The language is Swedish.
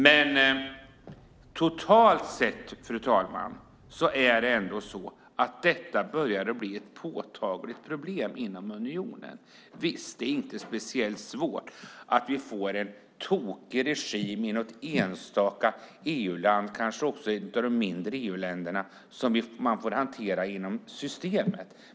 Men totalt sett, fru talman, börjar detta bli ett påtagligt problem inom unionen. Visst, det är inte speciellt svårt om vi får en tokig regim i något enstaka EU-land, kanske också ett av de mindre EU-länderna, som vi får hantera inom systemet.